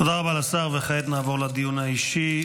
תודה רבה לשר, וכעת נעבור לדיון האישי.